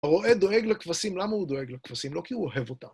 הרועה דואג לכבשים, למה הוא דואג לכבשים? לא כי הוא אוהב אותם.